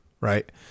right